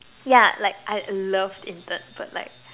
ya like I loved intern but like